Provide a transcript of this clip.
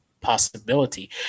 possibility